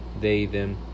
they/them